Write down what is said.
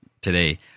today